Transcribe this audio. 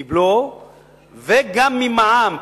מבלו וגם ממע"מ,